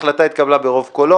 הצבעה בעד 2 נגד,